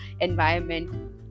environment